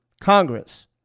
Congress